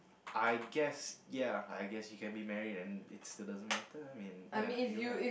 I guess ya I guess you can be married and it still doesn't matter I mean ya you can be like